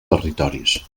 territoris